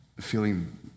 feeling